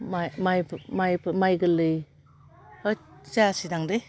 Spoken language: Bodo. माह माय माय माय गोरलै होथ जायासैदांलै